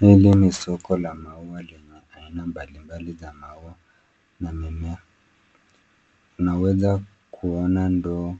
Hili ni soko la maua lina aina mbalimbali za maua na mimea. Tunaweza kuona ndoo